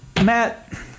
Matt